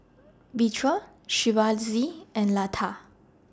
Vedre Shivaji and Lata